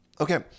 Okay